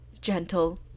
gentle